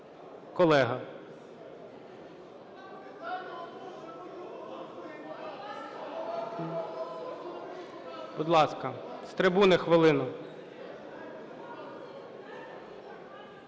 колега. Будь ласка, з трибуни хвилину.